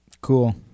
Cool